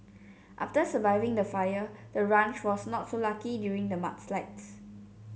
after surviving the fire the ranch was not so lucky during the mudslides